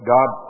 God